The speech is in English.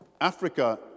Africa